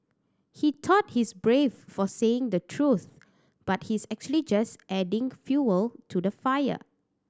he thought he's brave for saying the truth but he's actually just adding fuel to the fire